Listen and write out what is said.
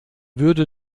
würde